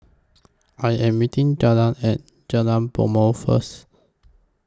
I Am meeting Delmar At Jalan Bumbong First